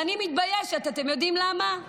ואני מתביישת, אתם יודעים למה?